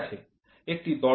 একটি দর্পণের সামনে দাঁড়ান